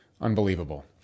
Unbelievable